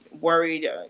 worried